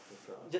because